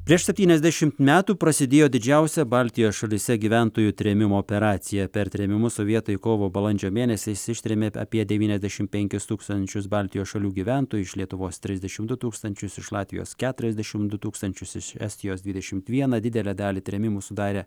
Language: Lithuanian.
prieš septyniasdešimt metų prasidėjo didžiausia baltijos šalyse gyventojų trėmimo operacija per trėmimus sovietai kovo balandžio mėnesiais ištrėmė apie devyniasdešimt penkis tūkstančius baltijos šalių gyventojų iš lietuvos trisdešimt du tūkstančius iš latvijos keturiasdešimt du tūkstančius iš estijos dvidešimt vieną didelę dalį trėmimų sudarė